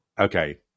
okay